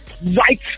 right